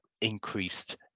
increased